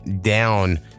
down